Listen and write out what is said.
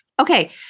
Okay